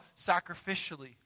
sacrificially